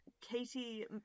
Katie